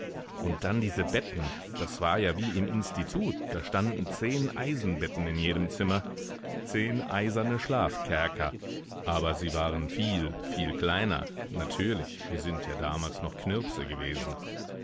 und dann diese betten das war ja wie im institut da standen zehn eisenbetten in jedem zimmer zehn eiserne schlafkerker aber sie waren viel viel kleiner natürlich wir sind ja damals noch knirpse gewesen